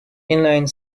inline